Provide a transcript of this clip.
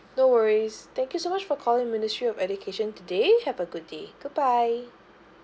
no worries thank you so much for calling ministry of education today have a good day goodbye